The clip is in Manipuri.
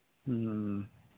ꯎꯝ